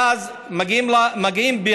ואז הגשמים מגיעים בהפתעה.